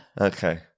Okay